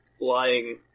lying